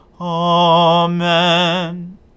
Amen